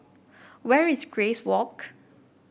where is Grace Walk